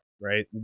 right